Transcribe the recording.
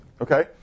Okay